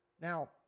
Now